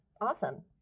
Awesome